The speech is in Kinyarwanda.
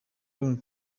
linah